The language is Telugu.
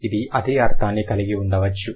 అది ఇదే అర్థాన్ని కలిగి ఉండవచ్చు